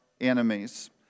enemies